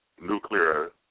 nuclear